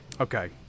Okay